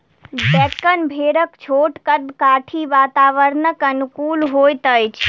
डेक्कन भेड़क छोट कद काठी वातावरणक अनुकूल होइत अछि